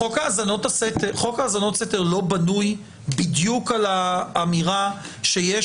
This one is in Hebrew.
חוק האזנות הסתר לא בנוי בדיוק על האמירה שיש